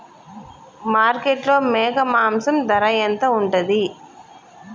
మార్కెట్లో మేక మాంసం ధర ఎంత ఉంటది?